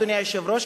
אדוני היושב-ראש,